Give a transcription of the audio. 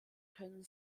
können